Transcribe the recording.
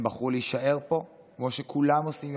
הם בחרו להישאר פה כמו שכולם עושים,